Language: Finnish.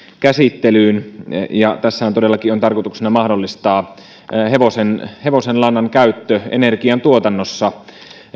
käsittelyyn tässähän todellakin on tarkoituksena mahdollistaa hevosenlannan käyttö energiantuotannossa